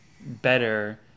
better